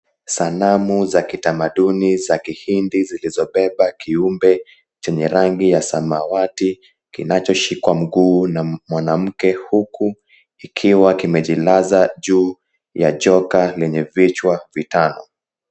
Sanamu za kitamaduni za kihindi, zilizobeba kiumbe chenye rangi ya samawati, kinachoshikwa mguu na mwanamke. Huku ikiwa kimejilaza juu ya joka lenye vichwa vitano.